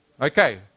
Okay